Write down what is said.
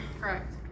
Correct